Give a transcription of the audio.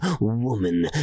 woman